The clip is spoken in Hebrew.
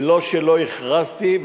ולא שלא הכרזתי,